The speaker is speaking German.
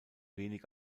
wenig